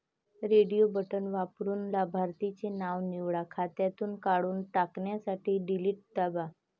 radio button वापरून लाभार्थीचे नाव निवडा, खात्यातून काढून टाकण्यासाठी डिलीट दाबा